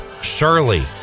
Shirley